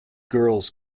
girls